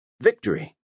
Victory